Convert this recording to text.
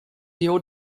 your